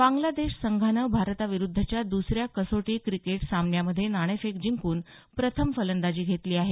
बांगलादेश संघानं भारताविरुद्धच्या दुसऱ्या कसोटी क्रिकेट सामन्यामध्ये नाणेफेक जिकून प्रथम फलंदाजी घेतली आहे